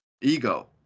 ego